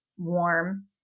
warm